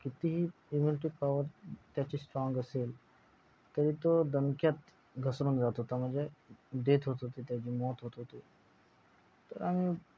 कितीही immunity power त्याची strong असेल तरी तो दणक्यात घसरुन जात होता म्हणजे डेथ होत होती त्याची मौत होत होती तर आम्ही